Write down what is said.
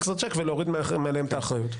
אקסטרה צ'ק ולהוריד מעליהם את האחריות.